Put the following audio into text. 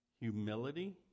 humility